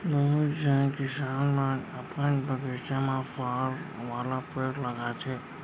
बहुत झन किसान मन अपन बगीचा म फर वाला पेड़ लगाथें